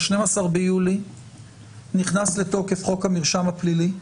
ב-12 ביולי נכנס לתוקף חוק המרשם הפלילי.